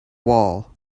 wall